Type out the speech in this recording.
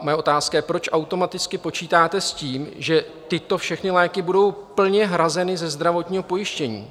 Má otázka je, proč automaticky počítáte s tím, že tyto všechny léky budou plně hrazeny ze zdravotního pojištění?